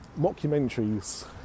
mockumentaries